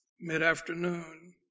mid-afternoon